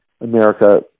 America